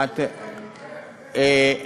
איך